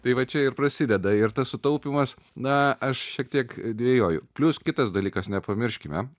tai va čia ir prasideda ir tas sutaupymas na aš šiek tiek dvejoju plius kitas dalykas nepamirškime